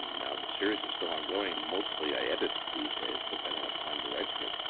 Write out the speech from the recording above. now the series is still ongoing. mostly i edit these days cause i don't have time to write for it.